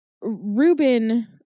Reuben